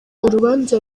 urubanza